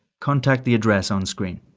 contact the address onscreen.